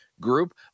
group